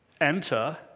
enter